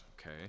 okay